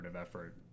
effort